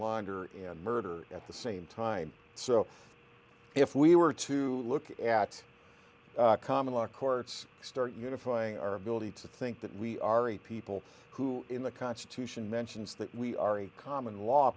launder and murder at the same time so if we were to look at common law courts start unifying our ability to think that we are a people who in the constitution mentions that we are a common law